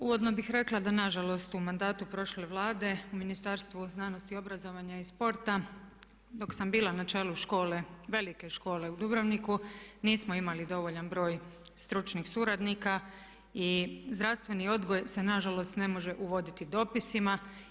Uvodno bih rekla da nažalost u mandatu prošle Vlade u Ministarstvu znanosti, obrazovanja i sporta dok sam bila na čelu velike škole u Dubrovniku nismo imali dovoljan broj stručnih suradnika i zdravstveni odgoj se nažalost ne može uvoditi dopisima.